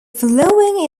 following